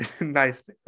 Nice